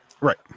right